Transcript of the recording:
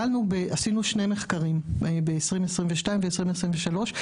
עשינו שני מחקרים, האחד ב-2022 והשני ב-2023.